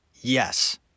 Yes